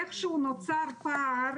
איכשהו נוצר פער.